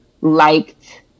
liked